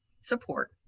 support